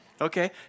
Okay